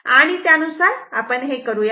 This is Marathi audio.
आणि त्यानुसार आपण करूया